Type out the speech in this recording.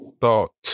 thought